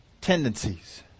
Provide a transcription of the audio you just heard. tendencies